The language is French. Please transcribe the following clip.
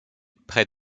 près